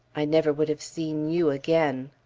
i never would have seen you again.